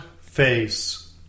face